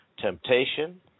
temptation